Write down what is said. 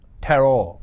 Terror